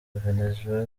venezuela